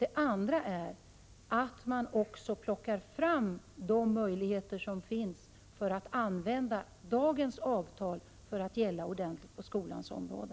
Man skall också ta vara på de möjligheter som finns att få dagens avtal att gälla ordentligt på skolans område.